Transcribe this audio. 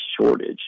shortage